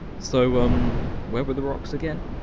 so. um. where were the rocks again?